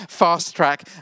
fast-track